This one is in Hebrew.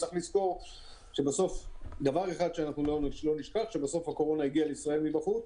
צריך לזכור שבסוף הקורונה הגיעה לישראל מבחוץ,